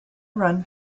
run